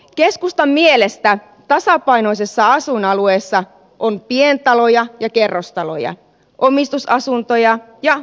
keskustan mielestä tasapainoisella asuinalueella on pientaloja ja kerrostaloja omistusasuntoja ja vuokra asuntoja